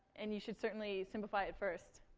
and you should certainly simplify it first.